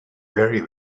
very